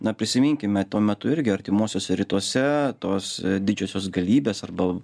na prisiminkime tuo metu irgi artimuosiuose rytuose tos didžiosios galybės arba